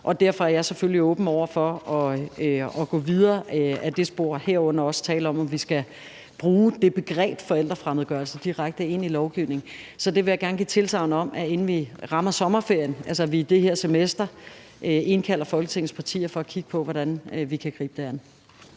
derfor er jeg selvfølgelig åben over for at gå videre ad det spor, herunder også at tale om, om vi skal bruge det begreb, forælderfremmedgørelse, direkte i lovgivningen. Så jeg vil gerne give tilsagn om, at vi, inden vi rammer sommerferien, altså i det her semester, indkalder Folketingets partier for at kigge på, hvordan vi kan gribe det an.